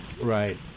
Right